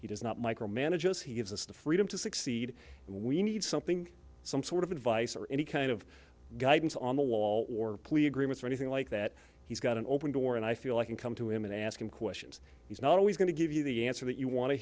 he does not micromanage us he gives us the freedom to succeed we need something some sort of advice or any kind of guidance on the wall or plea agreements or anything like that he's got an open door and i feel i can come to him and ask him questions he's not always going to give you the answer that you want to